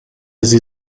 sie